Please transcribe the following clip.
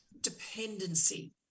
dependency